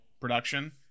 production